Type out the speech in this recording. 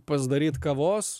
pasidaryt kavos